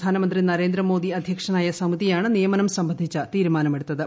പ്രധാനമന്ത്രി ക് നരേന്ദ്രമോദി അധ്യക്ഷനായ സമിതിയാണ് നിയമനം സ്ബ്ബ്ദ്ധിച്ചു തീരുമാനം എടുത്തത്